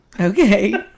Okay